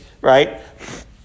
right